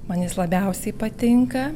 man jis labiausiai patinka